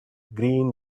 green